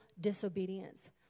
disobedience